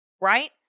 right